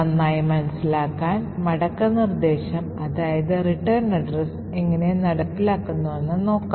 നന്നായി മനസിലാക്കാൻ മടക്ക നിർദ്ദേശം എങ്ങനെ നടപ്പിലാക്കുന്നുവെന്ന് നോക്കാം